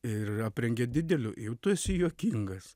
ir aprengia dideliu jau tu esi juokingas